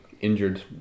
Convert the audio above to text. injured